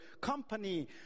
company